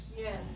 Yes